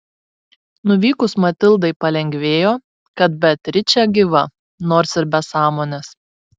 nuvykus matildai palengvėjo kad beatričė gyva nors ir be sąmonės